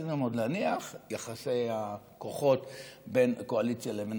צריכים עוד להניח שיחסי הכוחות בין הקואליציה לבין